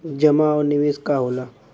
जमा और निवेश का होला?